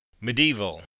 Medieval